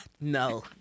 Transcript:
No